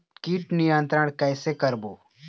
कीट नियंत्रण कइसे करबो?